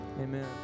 Amen